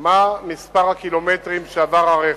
מה מספר הקילומטרים שהרכב עבר,